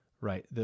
Right